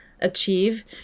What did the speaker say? achieve